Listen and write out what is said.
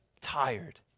tired